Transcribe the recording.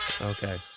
Okay